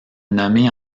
nommée